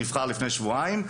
שנבחר לפני שבועיים,